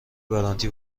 گارانتی